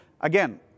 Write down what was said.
Again